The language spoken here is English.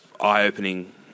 eye-opening